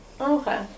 Okay